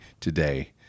today